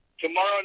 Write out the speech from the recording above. tomorrow